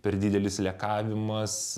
per didelis lekavimas